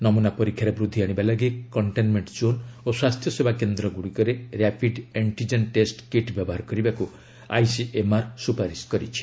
ନମୁନା ପରୀକ୍ଷାରେ ବୃଦ୍ଧି ଆଣିବା ଲାଗି କଣ୍ଟେନ୍ମେଣ୍ଟ ଜୋନ୍ ଓ ସ୍ୱାସ୍ଥ୍ୟ ସେବା କେନ୍ଦ୍ରଗୁଡ଼ିକରେ ର୍ୟାପିଡ୍ ଆଷ୍ଟିଜେନ୍ ଟେଷ୍ଟ କିଟ୍ ବ୍ୟବହାର କରିବାକୁ ଆଇସିଏମ୍ଆର୍ ସ୍ତପାରିଶ କରିଛି